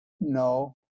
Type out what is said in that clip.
No